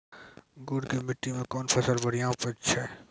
गुड़ की मिट्टी मैं कौन फसल बढ़िया उपज छ?